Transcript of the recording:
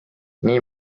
nii